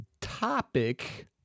topic